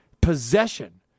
possession